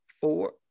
four